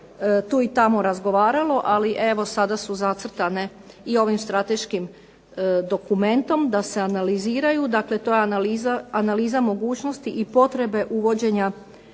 tu i tamo razgovaralo, ali evo sada su zacrtane i ovim strateškim dokumentom da se analiziraju. Dakle, to je analiza mogućnosti i potrebe uvođenja